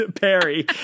Perry